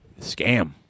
scam